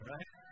Right